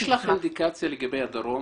יש לך אינדיקציה לגבי הדרום?